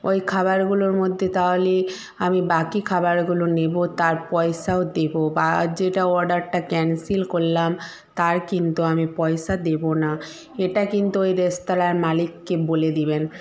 ওই খাবারগুলোর মধ্যে তাহলে আমি বাকি খাবারগুলো নেবো তার পয়সাও দেবো বা যেটা অডারটা ক্যান্সেল করলাম তার কিন্তু আমি পয়সা দেবো না এটা কিন্তু ওই রেস্তোরাঁর মালিককে বলে দেবেন